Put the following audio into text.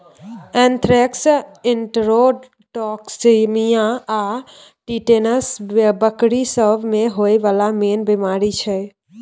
anthrax, enterotoxaemia आ tetanus बकरी सब मे होइ बला मेन बेमारी छै